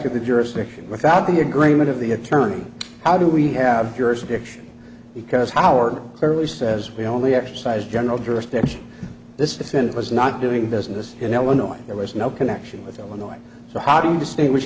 to the jurisdiction without the agreement of the attorney how do we have jurisdiction because howard clearly says we only exercised general jurisdiction this defendant was not doing business in illinois there was no connection with illinois so how do you distinguish